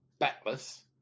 batless